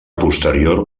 posterior